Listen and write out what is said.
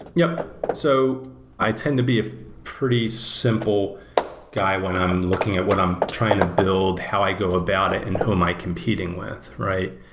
yup. so i tend to be a pretty simple guy when i'm looking at what i'm trying to build, how i go about it and who am i competing with, right?